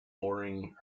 boring